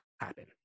happen